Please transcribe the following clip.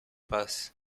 paz